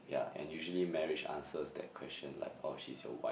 yeah and usually marriage answers that question like oh she's your wife